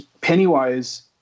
Pennywise